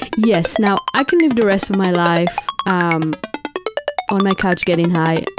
yes. now, i can live the rest of my life um on my couch getting high.